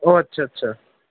ও আচ্ছা আচ্ছা